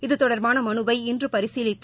இது தொடர்பாக மனுவை இன்று பரிசீலித்த